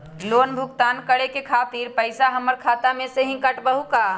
Loan भुगतान करे के खातिर पैसा हमर खाता में से ही काटबहु का?